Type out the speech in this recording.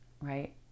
right